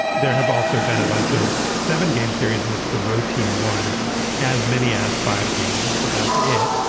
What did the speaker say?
there have also been a bunch of seven game series in which the road team won as many as five games but that's ah it.